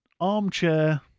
armchair